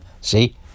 See